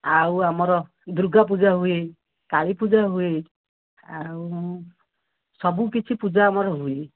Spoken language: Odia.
ଆଉ ଆମର ଦୁର୍ଗା ପୂଜା ହୁଏ କାଳୀପୂଜା ହୁଏ ଆଉ ସବୁକିଛି ପୂଜା ଆମର ହୁଏ